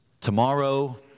tomorrow